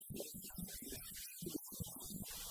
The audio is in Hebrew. שלח ה' צבאות ברוחו ביד הנביאים הראשונים